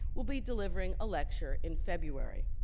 will be delivering a lecture in february.